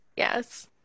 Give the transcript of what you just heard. Yes